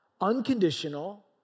unconditional